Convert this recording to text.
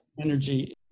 energy